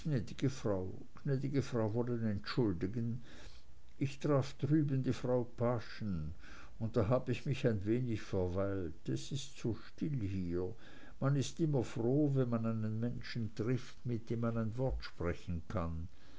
gnäd'ge frau gnäd'ge frau wollen entschuldigen ich traf drüben die frau paaschen und da hab ich mich ein wenig verweilt es ist so still hier man ist immer froh wenn man einen menschen trifft mit dem man ein wort sprechen kann